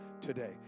today